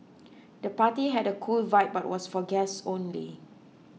the party had a cool vibe but was for guests only